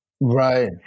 Right